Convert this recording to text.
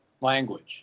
language